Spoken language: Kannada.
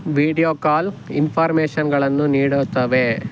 ವೀಡಿಯೋ ಕಾಲ್ ಇನ್ಫಾರ್ಮೇಶನ್ಗಳನ್ನು ನೀಡುತ್ತವೆ